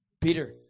Peter